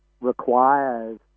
requires